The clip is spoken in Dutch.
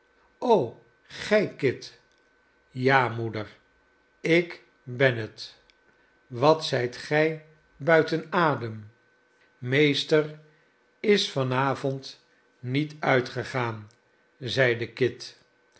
gij kit ja moeder ik ben het wat zijt gij buiten adem meester is van avond niet uitgegaan zeide kit